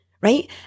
right